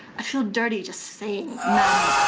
i feel dirty just saying man.